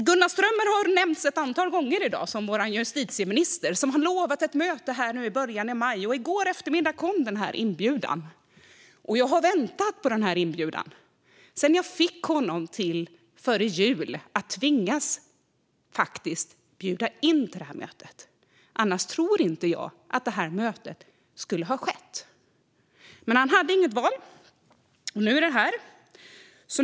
Gunnar Strömmer har nämnts ett antal gånger här i dag, som vår justitieminister som har lovat ett möte i början av maj. I går eftermiddag kom inbjudan. Jag har väntat på den sedan jag före jul faktiskt tvingade honom att bjuda in till det här mötet. Jag tror inte att mötet skulle ha kommit till om jag inte gjort det. Han hade dock inget val, och nu ska mötet äga rum.